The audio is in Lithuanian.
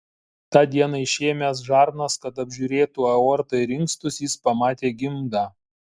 tą dieną išėmęs žarnas kad apžiūrėtų aortą ir inkstus jis pamatė gimdą